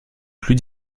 plus